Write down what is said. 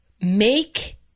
make